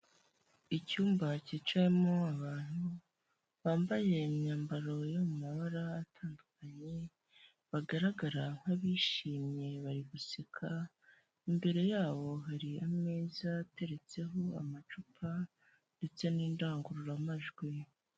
Icyumba cyicayemo abantu bambaye imyambaro yo mu mabara atandukanye, bagaragara nk'abishimye bari guseka. Imbere yabo hari ameza ateretseho amacupa ndetse n'indangururamajwi.